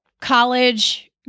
College